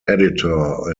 editor